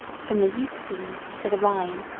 from the euxine to the rhine,